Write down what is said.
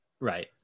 Right